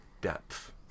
depth